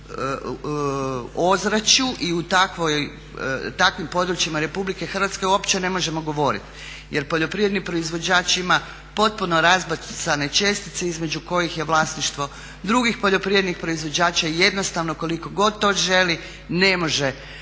ozračju i u takvim područjima RH uopće ne možemo govoriti. Jer poljoprivredni proizvođač ima potpuno razbacane čestice između kojih je vlasništvo drugih poljoprivrednih proizvođača, jednostavno koliko god to želi ne može si